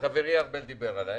שחברי אזולאי דיבר עליהם.